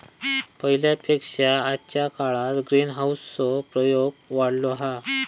पहिल्या पेक्षा आजच्या काळात ग्रीनहाऊस चो प्रयोग वाढलो हा